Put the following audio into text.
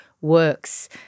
works